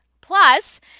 plus